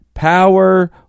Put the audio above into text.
Power